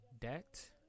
debt